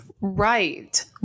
Right